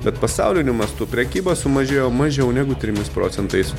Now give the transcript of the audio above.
bet pasauliniu mastu prekyba sumažėjo mažiau negu trimis procentais